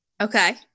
Okay